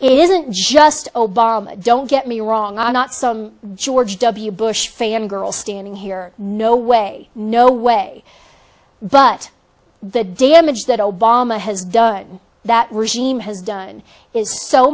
isn't just obama don't get me wrong i'm not some george w bush fan girl standing here no way no way but the damage that obama has done that regime has done is so